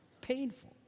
painful